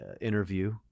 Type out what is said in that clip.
interview